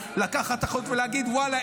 לקחת את האחריות ולהגיד: ואללה,